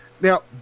now